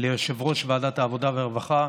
ליושב-ראש ועדת העבודה והרווחה,